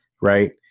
Right